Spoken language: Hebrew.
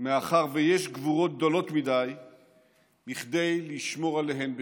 מאחר שיש גבורות גדולות מי מכדי לשמור עליהן בשקט.